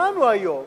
שמענו היום